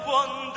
one